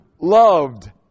loved